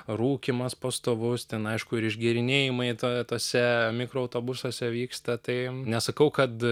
rūkymas pastovus ten aišku ir išgėrinėjimai to tuose mikroautobusuose vyksta tai nesakau kad